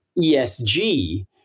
ESG